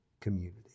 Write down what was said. community